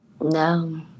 No